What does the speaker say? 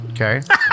Okay